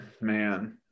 man